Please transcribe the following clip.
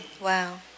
Wow